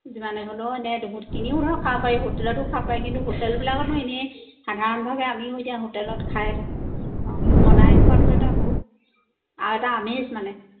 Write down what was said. যিমানে হ'লেও এনে কিনিও ধৰক খাব পাৰি হোটেলতো খাব পাৰি কিন্তু হোটেলবিলাকতনো এনেই সাধাৰণভাৱে আমিও এতিয়া হোটেলত খাই থাকোঁ অঁ বনাই খোৱাতো এটা বহুত আৰু এটা আমেজ মানে